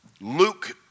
Luke